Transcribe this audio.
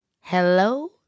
Hello